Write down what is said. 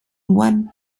one